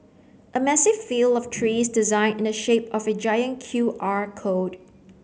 a massive field of trees designed in the shape of a giant Q R code